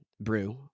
Brew